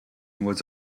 was